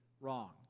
wrong